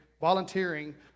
volunteering